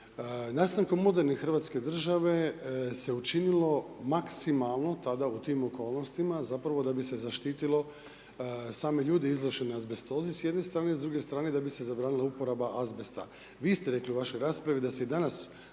Nastankom moderne Hrvatske države se učinilo maksimalno tada u tim okolnostima zapravo da bi se zaštitilo same ljude izložene azbestozi s jedne strane, s druge strane da bi se zabranila uporaba azbesta. Vi ste rekli u vašoj raspravi da se i danas